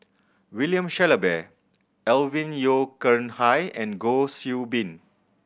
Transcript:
William Shellabear Alvin Yeo Khirn Hai and Goh Xiu Bin